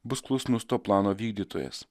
bus klusnus to plano vykdytojas